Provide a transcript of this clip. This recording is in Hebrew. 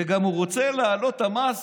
והוא גם רוצה להעלות את המס